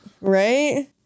Right